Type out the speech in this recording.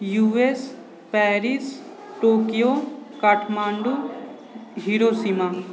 U S Paris Tokyo Kathmandu Hiroshima